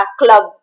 club